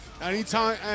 Anytime